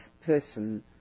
person